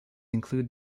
include